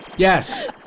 Yes